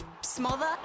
smother